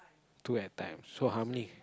two at times so how many